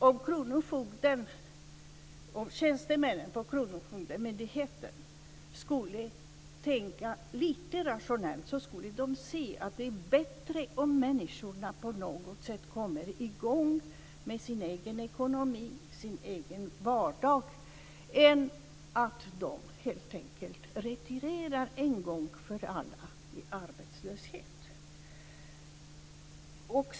Om kronofogden och tjänstemännen på kronofogdemyndigheten tänkte lite rationellt skulle de inse att det är bättre att människorna på något sätt kommer i gång med sin egen ekonomi och sin egen vardag än att de en gång för alla helt enkelt retirerar i arbetslöshet.